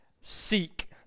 seek